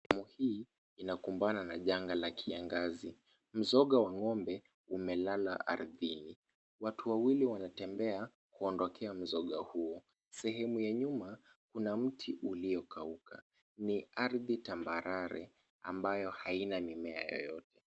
Eneo hii inakumbana na janga la kiangazi, mzoga wa ng'ombe umelala ardhini, watu wawili wanatembea kuondokea mzoga huu, sehemu ya nyuma kuna mti uliokauka, ni ardhi tambarare ambayo haina mimea yoyote.